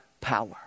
power